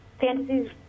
fantasies